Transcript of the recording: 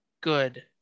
good